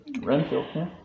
Renfield